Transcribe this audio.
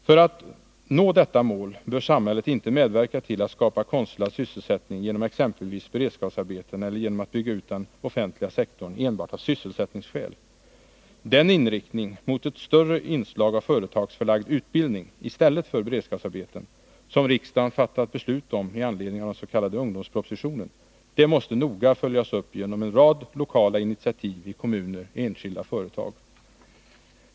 För att nå detta mål bör samhället inte medverka till att skapa konstlad sysselsättning genom exempelvis beredskapsarbeten eller genom att bygga ut den offentliga sektorn enbart av sysselsättningsskäl. Den inriktning mot ett större inslag av företagsförlagd utbildning i stället för beredskapsarbeten — som riksdagen fattat beslut om i anledning av den s.k. ungdomspropositionen — måste följas upp genom lokala initiativ i kommuner och enskilda företag.